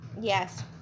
Yes